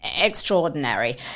extraordinary